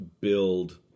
build